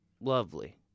lovely